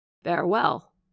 Farewell